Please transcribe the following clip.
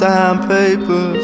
Sandpaper